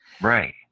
Right